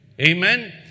Amen